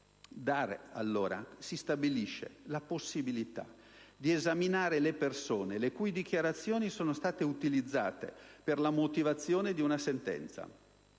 accompagnatoria. «Si stabilisce la possibilità di esaminare le persone le cui dichiarazioni sono state utilizzate per la motivazione di una sentenza.